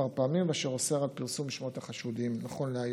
פעמים ואשר אוסר על פרסום שמות החשודים נכון להיום.